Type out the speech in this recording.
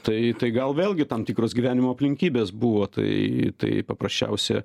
tai tai gal vėlgi tam tikros gyvenimo aplinkybės buvo tai tai paprasčiausia